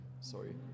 sorry